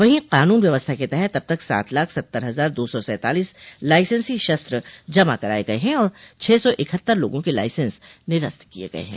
वहीं कानून व्यवस्था के तहत अब तक सात लाख सत्तर हजार दो सौ सैंतालीस लाइसेंसी शस्त्र जमा कराय गये है तथा छह सौ इकहत्तर लोगों के लाइसेंस निरस्त किये गये है